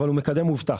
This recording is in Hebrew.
אבל הוא מקדם מובטח.